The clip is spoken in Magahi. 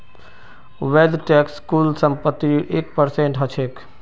वेल्थ टैक्स कुल संपत्तिर एक परसेंट ह छेक